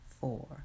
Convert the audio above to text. four